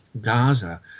Gaza